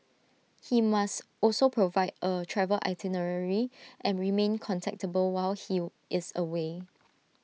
he must also provide A travel itinerary and remain contactable while he is away